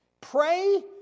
Pray